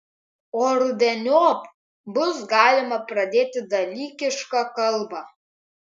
o rudeniop bus galima pradėti dalykišką kalbą